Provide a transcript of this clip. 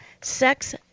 Sex